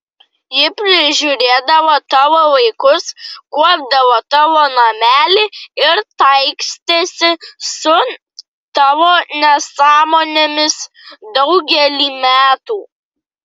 ji prižiūrėdavo tavo vaikus kuopdavo tavo namelį ir taikstėsi su tavo nesąmonėmis daugelį metų